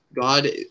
God